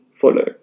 follow